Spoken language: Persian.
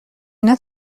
اینا